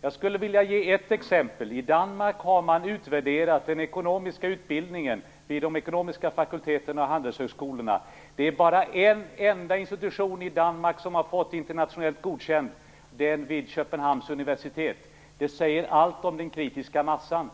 Jag skulle vilja ge ett exempel. I Danmark har man utvärderat den ekonomiska utbildningen vid de ekonomiska fakulteterna och handelshögskolorna. Det är bara en enda institution i Danmark som har fått internationellt godkännande, och det är den vid Köpenhamns universitet. Det säger allt om den kritiska massan.